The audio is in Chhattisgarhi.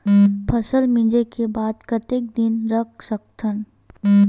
फसल मिंजे के बाद कतेक दिन रख सकथन?